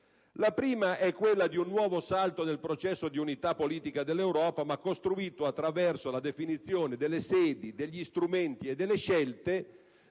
è quella di un nuovo salto del processo di unità politica dell'Europa, ma costruito attraverso la definizione delle sedi, degli strumenti e delle scelte